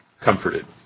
comforted